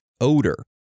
odor